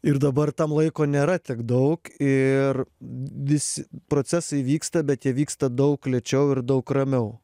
ir dabar tam laiko nėra tiek daug ir visi procesai vyksta bet jie vyksta daug lėčiau ir daug ramiau